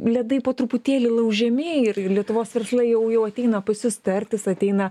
ledai po truputėlį laužiami lietuvos verslai jau jau ateina pas jus tartis ateina